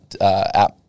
app